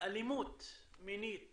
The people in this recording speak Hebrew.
אלימות מינית